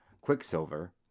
Quicksilver